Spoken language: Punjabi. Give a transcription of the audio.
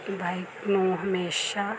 ਬਾਈਕ ਨੂੰ ਹਮੇਸ਼ਾ